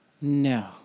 No